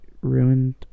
ruined